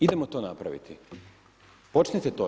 Idemo to napraviti, počnite to.